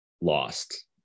lost